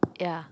ya